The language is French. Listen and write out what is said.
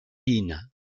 yin